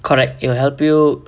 correct it'll help you